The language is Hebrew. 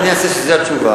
מה אני אעשה שזאת התשובה?